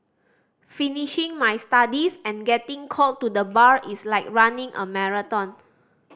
finishing my studies and getting called to the Bar is like running a marathon